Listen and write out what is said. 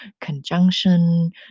conjunction